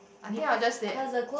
I think I just did